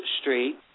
Street